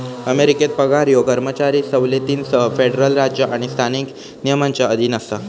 अमेरिकेत पगार ह्यो कर्मचारी सवलतींसह फेडरल राज्य आणि स्थानिक नियमांच्या अधीन असा